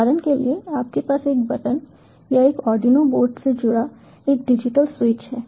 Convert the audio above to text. उदाहरण के लिए आपके पास एक बटन या एक आर्डिनो बोर्ड से जुड़ा एक डिजिटल स्विच है